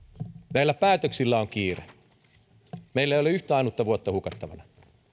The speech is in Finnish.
näillä päätöksillä on kiire meillä ei ole yhtä ainutta vuotta hukattavana